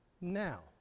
now